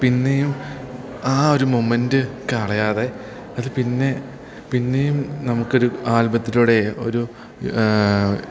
പിന്നെയും ആ ഒരു മൊമെൻ്റ് കളയാതെ അത് പിന്നെ പിന്നെയും നമുക്കൊരു ആൽബത്തിലൂടെ ഒരു